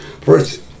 First